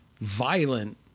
violent